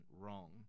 wrong